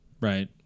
Right